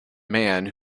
man